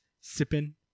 sipping